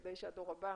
כדי שהדור הבא